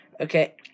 Okay